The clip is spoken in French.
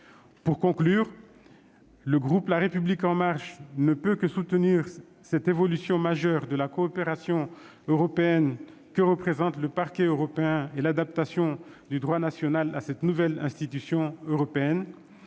Pour conclure, le groupe La République En Marche ne peut que soutenir cette évolution majeure de la coopération européenne que représente le Parquet européen et l'adaptation du droit national à cette nouvelle institution européenne.